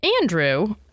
Andrew